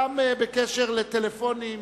גם בקשר לטלפונים.